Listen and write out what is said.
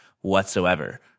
whatsoever